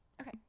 Okay